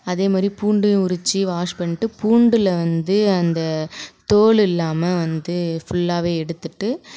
அதே மாரிப் பூண்டு உறிச்சு வாஷ் பண்டு பூண்டுல வந்து அந்த தோல் இல்லாமல் வந்து ஃபுல்லாகவே எடுத்துவிட்டு